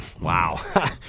Wow